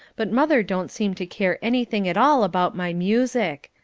but mother don't seem to care anything at all about my music.